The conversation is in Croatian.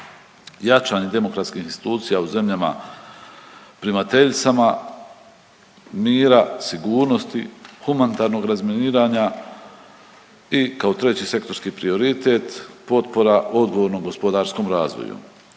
jačanje demokratskih institucija u zemljama primateljicama, mira, sigurnosti, humanitarnog razminiranja i kao treći sektorski prioritet potpora odgovornom gospodarskom razvoju.